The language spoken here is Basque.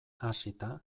hasita